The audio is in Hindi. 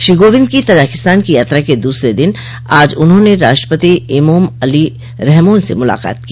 श्री कोविंद की तजाकिस्तान की यात्रा के दूसरे दिन आज उन्होंने राष्ट्रपति इमोम अली रहमोन से मुलाकात की